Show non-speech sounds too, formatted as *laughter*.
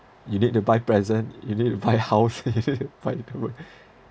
you need to buy present you need to buy house *laughs* you need to find a *laughs*